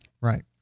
right